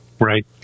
Right